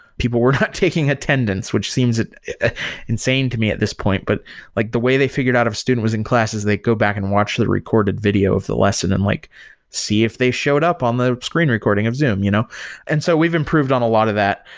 people were not taking attendance, which seems insane to me at this point. but like the way they figured out if a student was in classes is they go back and watch the recorded video of the lesson and like see if they showed up on the screen recording of zoom. you know and so, we've improved on a lot of that.